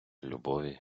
любові